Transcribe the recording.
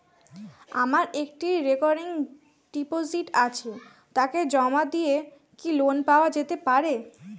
আমার একটি recurring deposit আছে তাকে জমা দিয়ে কি লোন পাওয়া যেতে পারে?